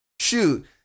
shoot